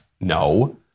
No